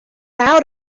out